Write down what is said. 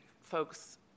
folks